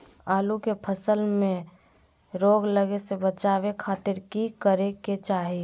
आलू के फसल में रोग लगे से बचावे खातिर की करे के चाही?